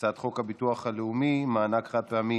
הצעת חוק הביטוח הלאומי (מענק חד-פעמי